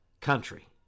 country